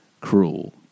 cruel